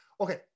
Okay